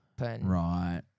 Right